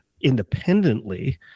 independently